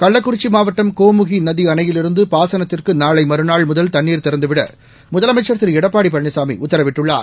கள்ளக்குறிச்சி மாவட்டம் கோமுகி நதி அணையிலிருந்து பாசனத்திற்கு நாளை மறுநாள் முதல் தண்ணீர் திறந்துவிட முதலமைச்சர் திரு எடப்பாடி பழனிசாமி உத்தரவிட்டுள்ளார்